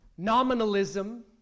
Nominalism